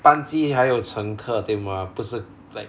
半机还有乘客对 mah 不是 like